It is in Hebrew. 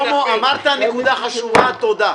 אמרת נקודה חשובה, תודה.